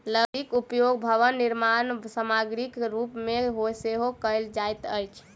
लकड़ीक उपयोग भवन निर्माण सामग्रीक रूप मे सेहो कयल जाइत अछि